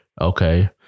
Okay